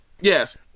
Yes